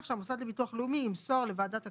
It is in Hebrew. שהמוסד לביטוח לאומי ימסור לוועדת הכספים,